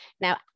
Now